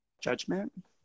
judgment